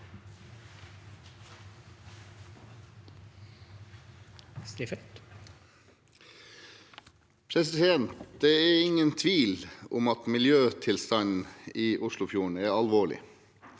Det er ingen tvil om at miljøtilstanden i Oslofjorden er alvorlig.